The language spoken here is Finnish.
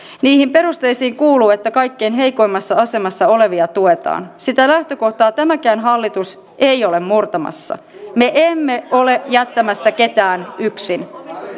niihin perusteisiin kuuluu että kaikkein heikoimmassa asemassa olevia tuetaan sitä lähtökohtaa tämäkään hallitus ei ole murtamassa me emme ole jättämässä ketään yksin